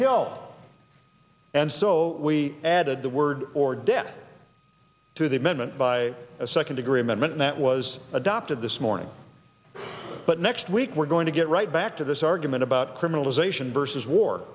kilt and so we added the word or death to the amendment by a second degree amendment that was adopted this morning but next week we're going to get right back to this argument about criminalization versus war